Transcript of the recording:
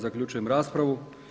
Zaključujem raspravu.